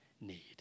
need